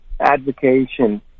advocation